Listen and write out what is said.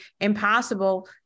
impossible